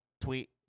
tweet